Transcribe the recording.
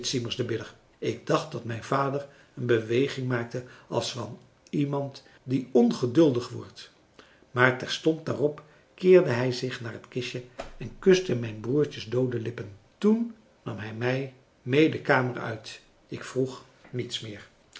ik dacht dat mijn vader een beweging maakte als van iemand die ongeduldig wordt maar terstond daarop keerde hij zich naar het kistje en kuste mijn broertjes doode lippen toen nam hij mij mee de kamer uit ik vroeg niets meer